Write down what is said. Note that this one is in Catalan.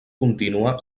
contínua